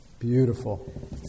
Beautiful